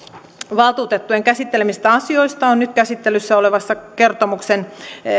valtuutettujen käsittelemistä asioista on nyt käsittelyssä olevan kertomuksen